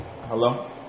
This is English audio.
Hello